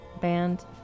band